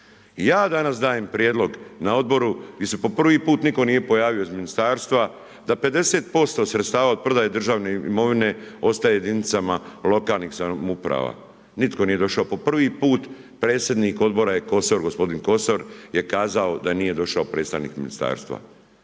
Ja danas dajem prijedlog na odboru di se po prvi put nitko nije pojavio iz ministarstva, da 50% sredstava od prodaje državne imovine ostaje jedinicama lokalnih samouprava. Nitko nije došao po prvi put predsjednik odbora je gospodin Kosor je kazao da nije došao predstavnik ministarstva